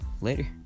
later